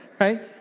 right